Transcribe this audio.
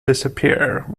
disappear